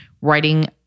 writing